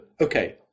okay